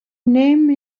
name